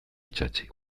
itsatsi